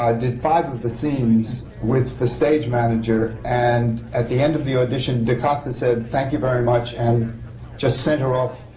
ah did five of the scenes with the stage manager. and at the end of the audition, de costa said, thank you very much, and just sent her off.